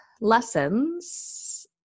lessons